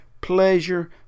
pleasure